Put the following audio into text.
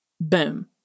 Boom